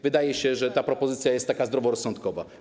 Wydaje się, że ta propozycja jest zdroworozsądkowa.